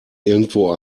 irgendwo